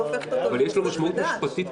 לא הופכת אותו לנושא חדש.